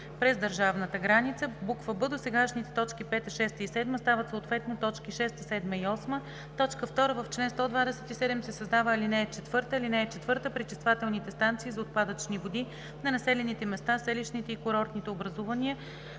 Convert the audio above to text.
през държавната граница;“ б) досегашните т. 5, 6 и 7 стават съответно т. 6, 7 и 8. 2. В чл. 127 се създава ал. 4: „(4) Пречиствателните станции за отпадъчни води на населените места, селищните и курортните образувания